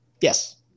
Yes